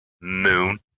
moon